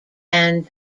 anne